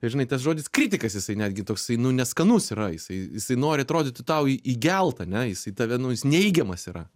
žinai tas žodis kritikas jisai netgi toksai nu neskanus yra jisai jisai nori atrodytų tau įgelt ane jisai tave nu jis neigiamas yra